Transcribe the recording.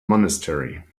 monastery